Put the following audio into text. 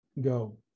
go